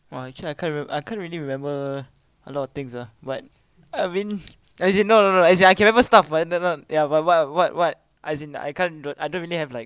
!wah! actually I can't rem~ I can't really remember a lot of things ah but I mean as in no no no as in I can remember stuff but ended up ya but what what what as in I can't I don't really have like